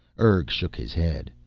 urg shook his head.